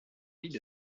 ville